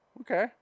Okay